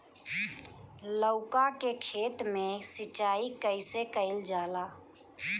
लउका के खेत मे सिचाई कईसे कइल जाला?